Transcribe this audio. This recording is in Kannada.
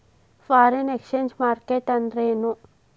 ಫಾರಿನ್ ಎಕ್ಸ್ಚೆಂಜ್ ಮಾರ್ಕೆಟ್ ಅಂದ್ರೇನು?